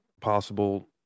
possible